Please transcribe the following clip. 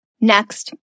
Next